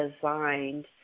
designed